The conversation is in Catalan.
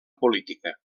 política